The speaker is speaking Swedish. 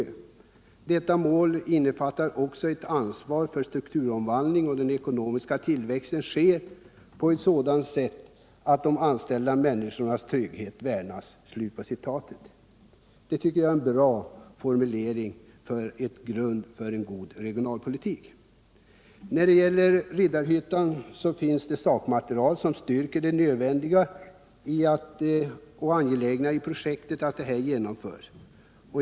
Detta mål innefattar också ett ansvar för att strukturomvandlingen och den ekonomiska tillväxten sker på ett sådant sätt att de enskilda människornas trygghet värnas.” Det tycker jag är en bra formulering av grunden för en god regionalpolitik. När det gäller Riddarhyttan finns det sakmaterial som styrker det nödvändiga i att det angelägna projektet kan genomföras.